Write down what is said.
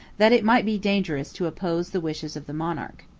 that it might be dangerous to oppose the wishes of the monarch.